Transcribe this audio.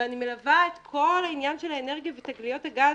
ואני מלווה את כל העניין של האנרגיה ותגליות הגז